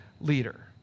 leader